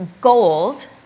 gold